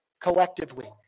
collectively